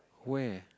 where